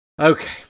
Okay